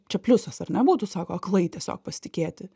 čia pliusas ar ne būtų sako aklai tiesiog pasitikėti